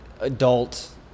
adult